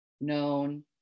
known